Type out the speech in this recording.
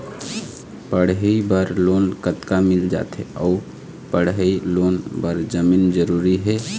पढ़ई बर लोन कतका मिल जाथे अऊ पढ़ई लोन बर जमीन जरूरी हे?